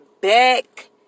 back